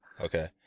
Okay